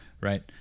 Right